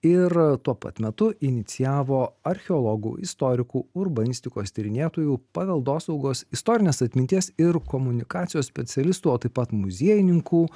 ir tuo pat metu inicijavo archeologų istorikų urbanistikos tyrinėtojų paveldosaugos istorinės atminties ir komunikacijos specialistų o taip pat muziejininkų